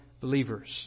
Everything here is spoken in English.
believers